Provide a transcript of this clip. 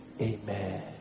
Amen